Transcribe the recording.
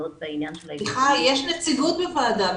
שדנות --- יש נציגות בוועדה.